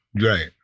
Right